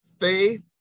faith